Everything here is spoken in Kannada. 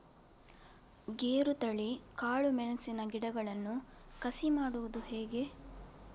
ಗೇರುತಳಿ, ಕಾಳು ಮೆಣಸಿನ ಗಿಡಗಳನ್ನು ಕಸಿ ಮಾಡುವುದು ಹೇಗೆ?